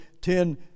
ten